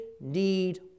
need